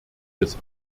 des